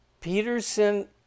Peterson